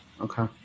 Okay